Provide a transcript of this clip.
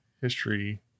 history